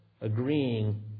agreeing